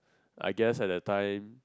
I guess at that time